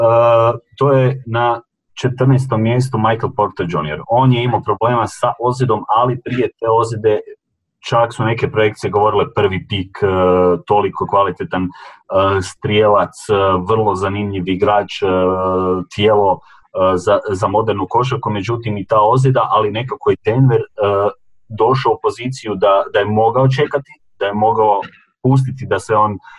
Eh, to je na 14. mjestu Michael Porter Jr. On je imao problema sa ozidom, ali prije te ozide čak su neke projekcije govorile prvi pik, eh, toliko kvalitetan, eh, strijelac, eh, vrlo zanimljiv igrač, eh, tijelo, eh, za- za modernu košarku, međutim i ta ozida, ali nekako je Denver, eh, došao u poziciju da- da je mogao čekati, da je mogao pustiti da se on,